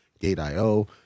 Gate.io